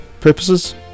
Purposes